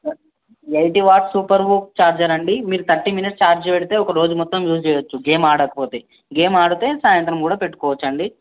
eighty watts super హుప్ charger అండి మీరు థర్టీ మినిట్స్ ఛార్జ్ పెడితే ఒకరోజు మొత్తం యూజ్ చేయచ్చు గేమ్ ఆడకపోతే గేమ్ ఆడితే సాయంత్రం కూడా పెట్టుకోవచ్చు అండి